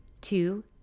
two